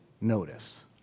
notice